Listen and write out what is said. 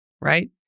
Right